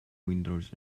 windows